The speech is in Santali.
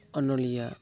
ᱚᱱᱚᱞᱤᱭᱟᱹ